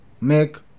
make